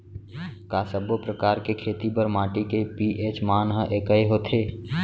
का सब्बो प्रकार के खेती बर माटी के पी.एच मान ह एकै होथे?